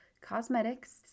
Cosmetics